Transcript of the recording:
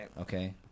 okay